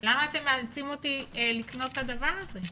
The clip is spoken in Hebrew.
למה אתם מאלצים אותי לקנות את הדבר הזה?